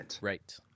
Right